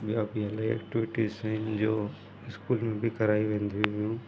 ॿिया बि इलाही एक्टिवीटीस आहिनि जो स्कूल में बि कराई वेंदी हुयूं